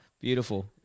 Beautiful